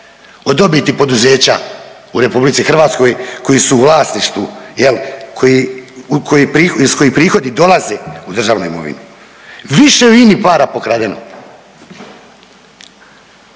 dobiti poduzeća u Republici Hrvatskoj koji su u vlasništvu, iz kojih prihodi dolaze u državnu imovinu. Više je u INA-i para pokradeno.